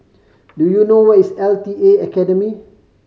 do you know where is L T A Academy